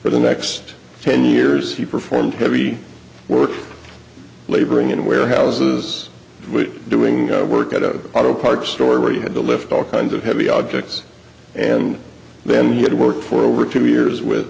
for the next ten years he performed heavy work laboring in warehouses doing work at a auto parts store where he had to lift all kinds of heavy objects and then he had worked for over two years with